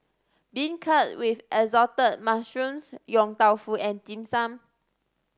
beancurd with Assorted Mushrooms Yong Tau Foo and Dim Sum